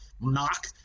knock